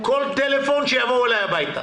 כל טלפון שיבואו אלי הביתה.